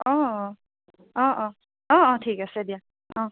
অ' অ' অ' অ' অ' ঠিক আছে দিয়া অ'